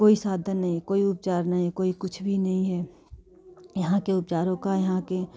कोई साधन नहीं कोई उपचार नहीं कोई कुछ भी नहीं है यहाँ के उपचारों का यहाँ के